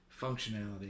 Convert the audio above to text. functionality